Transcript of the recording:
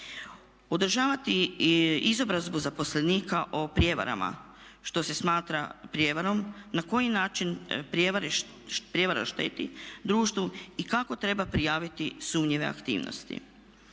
Održavati izobrazbu zaposlenika o prijevarama, što se smatra prijevarom, na koji način prijevara šteti društvu i kako treba prijaviti sumnjive aktivnosti.